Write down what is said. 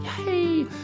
Yay